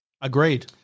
Agreed